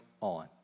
on